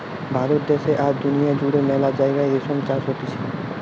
ভারত দ্যাশে আর দুনিয়া জুড়ে মেলা জাগায় রেশম চাষ হতিছে